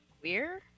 Queer